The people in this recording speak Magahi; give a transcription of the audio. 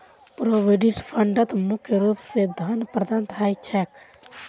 प्रोविडेंट फंडत मुख्य रूप स धन प्रदत्त ह छेक